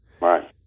Right